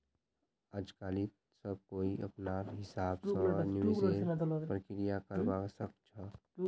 आजकालित सब कोई अपनार हिसाब स निवेशेर प्रक्रिया करवा सख छ